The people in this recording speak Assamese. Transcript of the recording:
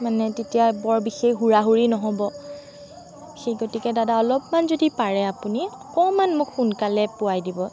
মানে তেতিয়া বৰ বিশেষ সুৰা সুৰি নহ'ব সেই গতিকে দাদা অলপমান যদি পাৰে আপুনি অকণমান মোক সোনকালে পোৱাই দিব